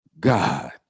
god